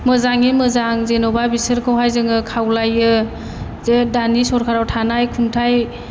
मोजाङै मोजां जेन'बा बिसोरखौहाय जोङो खावलायो जे दानि सरखाराव थानाय खुंथाय